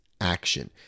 action